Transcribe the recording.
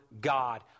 God